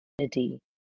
identity